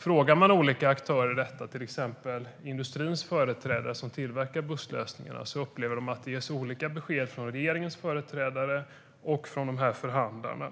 Frågar man olika aktörer i detta, till exempel industrins företrädare som tillverkar busslösningar, upplever de att det ges olika besked från regeringens företrädare och från förhandlarna.